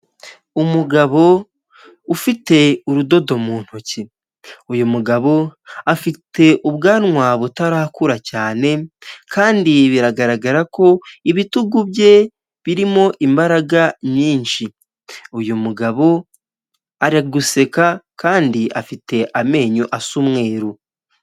Umugabo ufite urudodo mu ntoki, uyu mugabo afite ubwanwa butarakura cyane kandi biragaragara ko ibitugu bye birimo imbaraga nyinshi, uyu mugabo ari guseka kandi afite amenyo asa umweru.